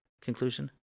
conclusion